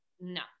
no